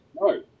No